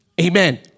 Amen